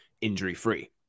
injury-free